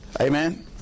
Amen